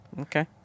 Okay